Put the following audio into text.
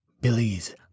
Billy's